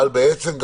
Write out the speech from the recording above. זה יכול